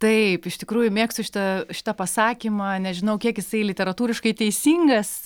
taip iš tikrųjų mėgstu šitą šitą pasakymą nežinau kiek jisai literatūriškai teisingas